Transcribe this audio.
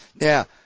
Now